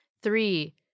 Three